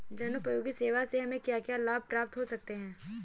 जनोपयोगी सेवा से हमें क्या क्या लाभ प्राप्त हो सकते हैं?